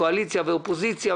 קואליציה ואופוזיציה,